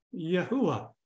Yahuwah